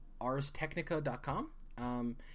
ArsTechnica.com